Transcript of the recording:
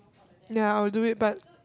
ya I will do it but